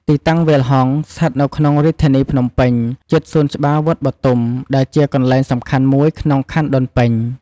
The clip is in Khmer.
ទីតាំងវាលហង្សស្ថិតនៅក្នុងរាជធានីភ្នំពេញ ជិតសួនច្បារវត្តបុទុម ដែលជាកន្លែងសំខាន់មួយក្នុងខណ្ឌដូនពេញ។